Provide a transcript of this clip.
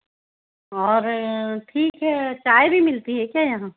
और ठीक है चाय भी मिलती है क्या यहाँ